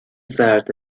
سرد